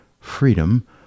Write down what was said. freedom